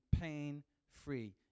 pain-free